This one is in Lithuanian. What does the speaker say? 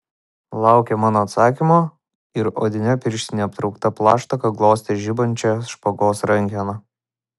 laukė mano atsakymo ir odine pirštine aptraukta plaštaka glostė žibančią špagos rankeną